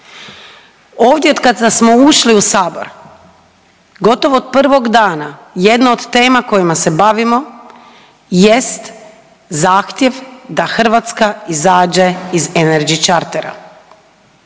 Ovdje od kada smo ušli u Sabor gotovo od prvog dana jedna od tema kojima se bavimo jest zahtjev da Hrvatska izađe iz Energy chartera.